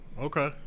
Okay